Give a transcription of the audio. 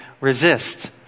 resist